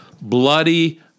bloody